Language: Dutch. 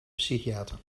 psychiater